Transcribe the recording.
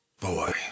Boy